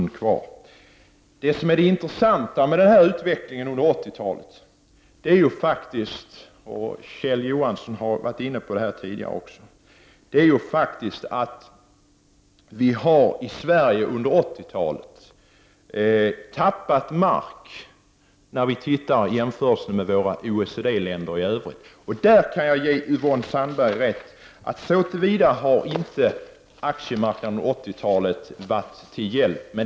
Det intressanta med utvecklingen under 1980-talet — Kjell Johansson var inne på detta — är faktiskt att vi i Sverige under 1980-talet har tappat mark jämfört med övriga OECD-länder. Jag kan ge Yvonne Sandberg-Fries rätt i att aktiemarknaden under 1980-talet inte har varit till någon hjälp.